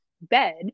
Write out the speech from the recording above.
bed